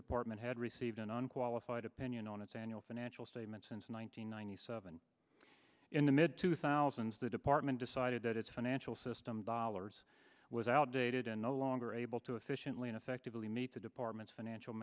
department had received an unqualified opinion on its annual financial statement since one nine hundred ninety seven in the mid two thousand the department decided that its financial system dollars was outdated and no longer able to efficiently and effectively meet the department's financial